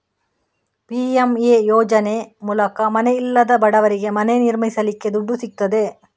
PMA ಯೋಜನೆ ಮೂಲಕ ಮನೆ ಇಲ್ಲದ ಬಡವರಿಗೆ ಮನೆ ನಿರ್ಮಿಸಲಿಕ್ಕೆ ದುಡ್ಡು ಸಿಗ್ತದೆ